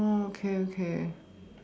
oh okay okay